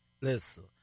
Listen